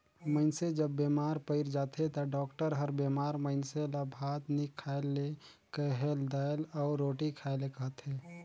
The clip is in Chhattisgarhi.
मइनसे जब बेमार पइर जाथे ता डॉक्टर हर बेमार मइनसे ल भात नी खाए ले कहेल, दाएल अउ रोटी खाए ले कहथे